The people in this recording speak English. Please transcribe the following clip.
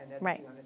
right